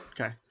Okay